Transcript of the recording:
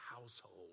household